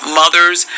mothers